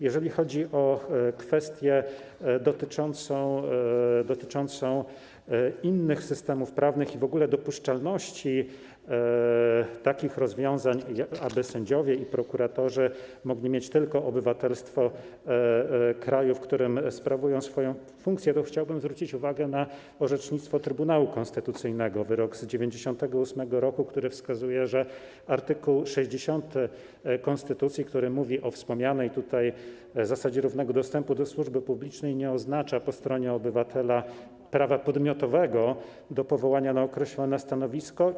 Jeżeli chodzi o kwestię dotyczącą innych systemów prawnych i w ogóle dopuszczalności takich rozwiązań, aby sędziowie i prokuratorzy mogli mieć tylko obywatelstwo kraju, w którym sprawują swoją funkcję, to chciałbym zwrócić uwagę na orzecznictwo Trybunału Konstytucyjnego, na wyrok z 1998 r., który wskazuje, że art. 60 konstytucji, który mówi o wspomnianej zasadzie równego dostępu do służby publicznej, nie oznacza po stronie obywatela prawa podmiotowego do powołania na określone stanowisko.